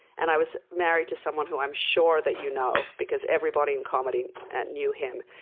and i was married to someone who i'm sure that you know, because everybody in comedy knew him.